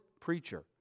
preacher